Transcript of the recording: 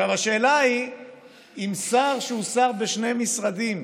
עכשיו השאלה היא אם שר שהוא שר בשני משרדים,